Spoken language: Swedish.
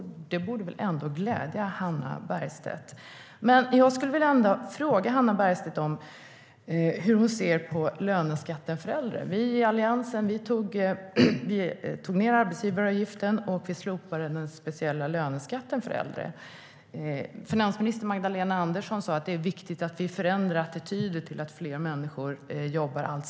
Det borde ändå glädja Hannah Bergstedt.Jag skulle vilja fråga Hannah Bergstedt hur hon ser på löneskatten för äldre. Vi i Alliansen sänkte arbetsgivaravgiften och slopade den speciella löneskatten för äldre. Finansminister Magdalena Andersson sa att det är viktigt att vi förändrar attityderna till att fler människor jobbar allt längre.